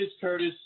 Curtis